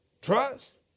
trust